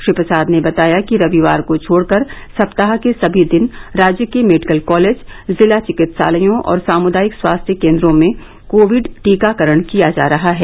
श्री प्रसाद ने बताया कि रविवार को छोड़कर सप्ताह के सभी दिन राज्य के मेडिकल कॉलेज जिला चिकित्सालयों और सामुदायिक स्वास्थ्य केन्द्रों में कोविड टीकाकरण किया जा रहा है